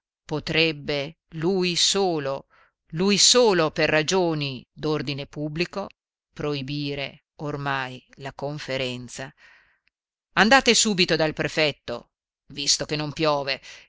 potrebbe lui solo lui solo per ragioni d'ordine pubblico proibire ormai la conferenza andate subito dal prefetto visto che non piove